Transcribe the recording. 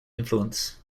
influence